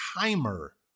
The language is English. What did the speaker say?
timer